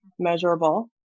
Measurable